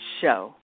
show